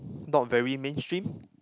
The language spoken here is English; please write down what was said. not very mainstream